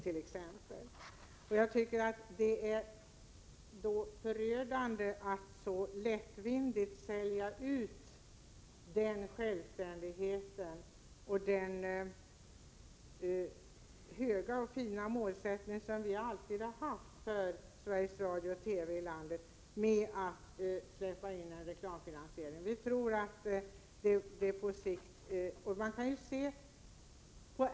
Det är därför förödande att så lättvindigt sälja ut denna självständighet och den höga och fina målsättning som vi alltid har haft för Sveriges Radio och TV i landet genom att släppa in en reklamfinansiering.